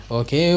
okay